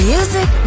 Music